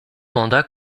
mandats